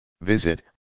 Visit